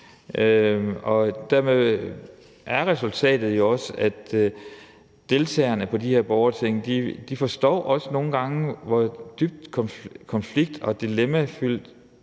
og dermed er resultatet jo også, at deltagerne i de her borgerting også forstår, hvor dybt konflikt- og dilemmafyldt